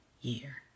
year